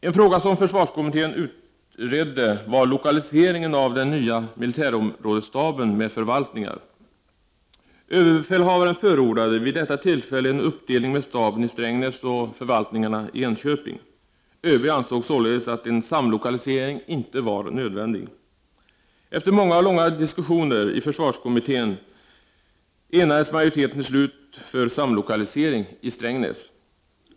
En fråga som försvarskommittén utredde var frågan om lokaliseringen av den nya militärområdesstaben med förvaltningar. Överbefälhavaren förordade vid detta tillfälle en uppdelning som innebar att staben skulle vara i Strängnäs och förvaltningarna i Enköping. ÖB ansåg således att en samlokalisering inte var nödvändig. Efter många och långa diskussioner i försvarskommittén enades majoriteten till slut om en samlokalisering till Strängnäs.